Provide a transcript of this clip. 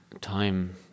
Time